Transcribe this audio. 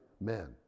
men